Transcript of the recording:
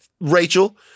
Rachel